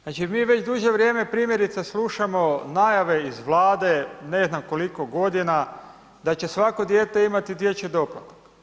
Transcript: Znači, mi već duže vrijeme primjerice slušamo najave iz Vlade, ne znam koliko godina, da će svako dijete imati dječji doplatak.